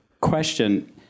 question